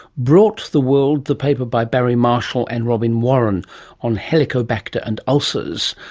brought the world the paper by barry marshall and robin warren on helicobacter and ulcers,